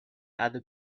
other